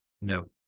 No